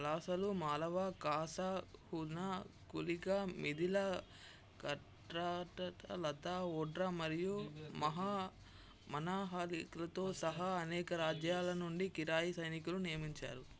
పలాసలు మాలవా ఖాసా హునా కులిక మిథిలా కట్రాట లతా ఓడ్రా మరియు మహా మనాహాలి క్రితో సహా అనేక రాజ్యాల నుండి కిరాయి సైనికులు నియమించారు